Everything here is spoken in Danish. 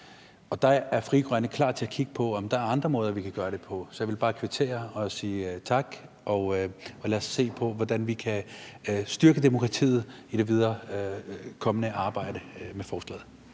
og der er Frie Grønne klar til at kigge på, om der er andre måder, vi kan gøre det på. Så jeg vil bare kvittere og sige tak. Lad os se på, hvordan vi kan styrke demokratiet i det videre og kommende arbejde med forslaget.